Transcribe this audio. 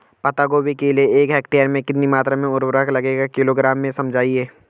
पत्ता गोभी के लिए एक हेक्टेयर में कितनी मात्रा में उर्वरक लगेगा किलोग्राम में समझाइए?